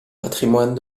patrimoine